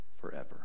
forever